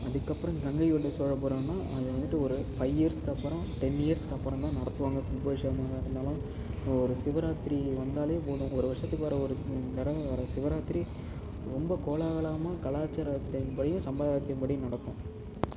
அதுக்கப்புறம் கங்கைகொண்ட சோழபுரோனா அதை வந்துட்டு ஒரு ஃபைவ் இயர்ஸ்க்கு அப்புறம் டென் இயர்ஸ்க்கு அப்புறம்தான் நடத்துவாங்க கும்பாபிஷேகமாக இருந்தாலும் ஒரு சிவராத்திரி வந்தாலே போதும் ஒரு வருடத்துக்கு வர ஒரு தடவை வர்ற சிவராத்திரி ரொம்ப கோலாகலமாக கலாச்சாரத்தின்படி சம்பிரதாயத்தின்படி நடக்கும்